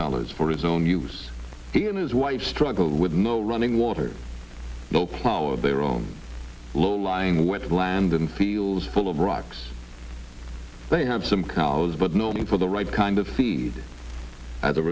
dollars for his own use he and his wife struggled with no running water low power their own low lying with land and feels full of rocks they have some cows but no need for the right kind of feed as a